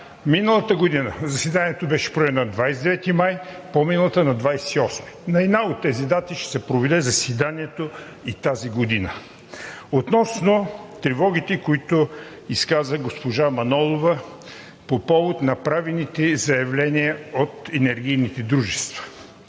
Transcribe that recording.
Миналата година заседанието беше проведено на 29 май, по миналата на 28. На една от тези дати ще се проведе заседанието и тази година. Относно тревогите, които изказа госпожа Манолова по повод направените заявления от енергийните